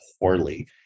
poorly